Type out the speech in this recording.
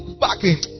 backing